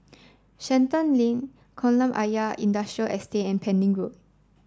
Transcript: Shenton Lane Kolam Ayer Industrial Estate and Pending Road